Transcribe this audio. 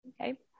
Okay